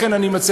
לכן אני מציע,